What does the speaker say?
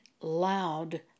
loud